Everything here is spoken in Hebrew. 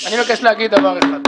בבקשה.